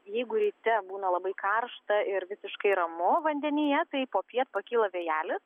jeigu ryte būna labai karšta ir visiškai ramu vandenyje tai popiet pakyla vėjelis